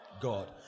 God